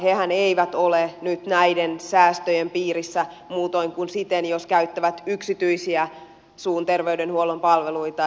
hehän eivät ole nyt näiden säästöjen piirissä muutoin kuin silloin jos käyttävät yksityisiä suun ja terveydenhuollon palveluita